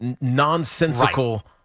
nonsensical